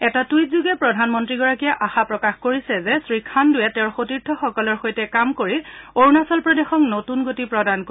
এটা টুইটযোগে প্ৰধানমন্ত্ৰী গৰাকীয়ে আশা প্ৰকাশ কৰিছে যে শ্ৰীখাণ্ডৱে তেওঁৰ সতীৰ্থসকলৰ সৈতে কাম কৰি অৰুণাচল প্ৰদেশক নতুন গতি প্ৰদান কৰিব